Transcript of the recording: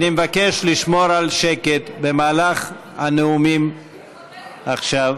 אני מבקש לשמור על שקט במהלך הנאומים עכשיו.